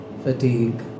Fatigue